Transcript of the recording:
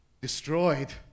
destroyed